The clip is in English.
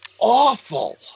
awful